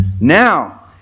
now